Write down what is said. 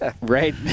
right